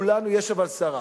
יש, אבל, שרה.